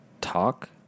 talk